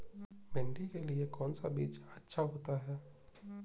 भिंडी के लिए कौन सा बीज अच्छा होता है?